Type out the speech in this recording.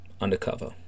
undercover